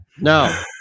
No